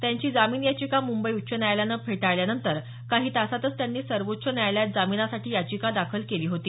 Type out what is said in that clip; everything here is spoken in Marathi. त्यांची जामीन याचिका मुंबई उच्च न्यायालयानं फेटाळल्यानंतर काही तासांतच त्यांनी सर्वोच्च न्यायालयात जामिनासाठी याचिका दाखल केली होती